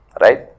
right